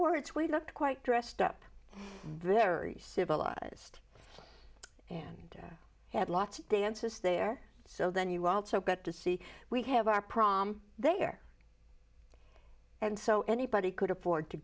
words we looked quite dressed up very civilized and had lots of dances there so then you also got to see we have our prom there and so anybody could afford to